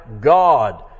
God